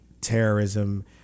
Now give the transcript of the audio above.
terrorism